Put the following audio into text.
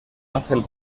ángel